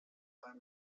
beim